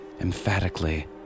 emphatically